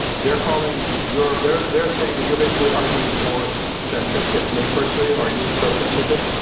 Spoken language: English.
they're calling your they're they're saying that you're basically arguing for censorship. nate persily, are you pro censorship?